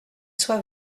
soit